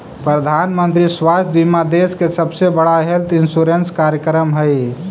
प्रधानमंत्री स्वास्थ्य बीमा देश के सबसे बड़ा हेल्थ इंश्योरेंस कार्यक्रम हई